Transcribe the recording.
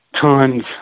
Tons